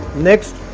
next,